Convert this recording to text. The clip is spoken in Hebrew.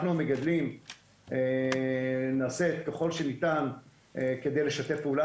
אנחנו המגדלים נעשה ככל שניתן כדי לשתף פעולה,